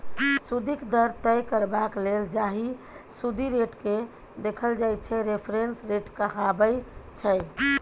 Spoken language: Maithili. सुदिक दर तय करबाक लेल जाहि सुदि रेटकेँ देखल जाइ छै रेफरेंस रेट कहाबै छै